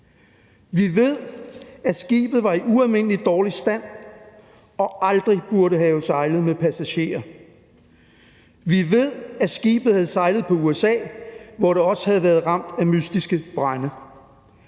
Vi ved, at skibet var i ualmindelig dårlig stand og aldrig burde have sejlet med passagerer. Vi ved, at skibet havde sejlet på USA, hvor det også havde været ramt af mystiske brande.